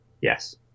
Yes